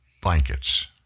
blankets